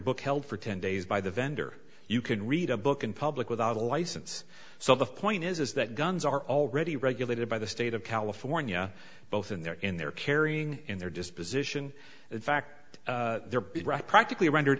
book held for ten days by the vendor you can read a book in public without a license so the point is that guns are already regulated by the state of california both in their in their carrying in their disposition in fact there be right practically rendered